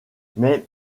mais